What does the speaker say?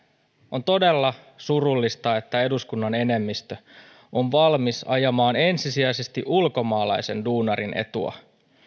on todella surullista että eduskunnan enemmistö on valmis ajamaan ensisijaisesti ulkomaalaisen duunarin etua